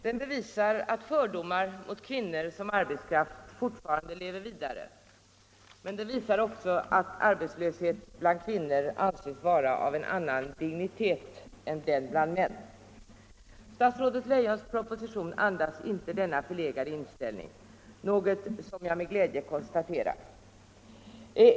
Den bevisar att fördomar mot kvinnor som arbetskraft fortfarande lever vidare, men den visar också att arbetslöshet bland kvinnor anses vara av en annan dignitet än den bland män. Statsrådet Leijons proposition andas inte denna förlegade inställning, något som jag med glädje konstaterar.